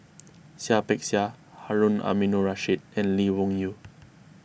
Seah Peck Seah Harun Aminurrashid and Lee Wung Yew